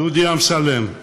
דודי אמסלם,